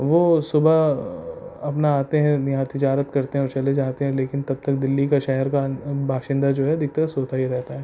وہ صبح اپنا آتے یہاں تجارت کرتے ہیں اور چلے جاتے ہیں لیکن تب تک دہلی کا شہر کا باشندہ جو ہے ادھکتر سوتا ہی رہتا ہے